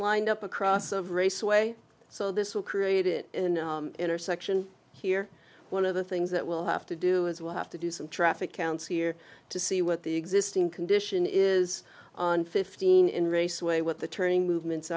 lined up across of raceway so this will create it in intersection here one of the things that will have to do as well have to do some traffic counts here to see what the existing condition is on fifteen in raceway what the turning movements